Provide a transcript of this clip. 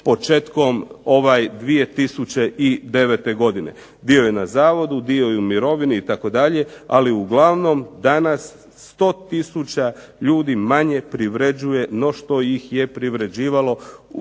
početkom 2009. godine. Dio je na zavodu, dio je u mirovini itd., ali danas 100 tisuća 200 manje privređuje no što ih je privređivalo